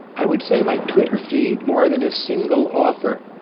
i would say my twitter feed more than a single author.